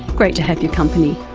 great to have your company,